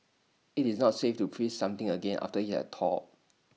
IT is not safe to freeze something again after IT has thawed